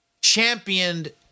championed